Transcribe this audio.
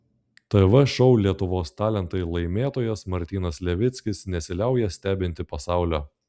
tv šou lietuvos talentai laimėtojas martynas levickis nesiliauja stebinti pasaulio